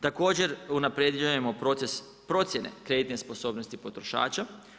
Također unapređujemo proces procjene kreditne sposobnosti potrošača.